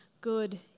good